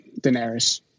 Daenerys